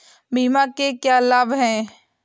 बीमा के लाभ क्या हैं?